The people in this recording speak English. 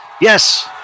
yes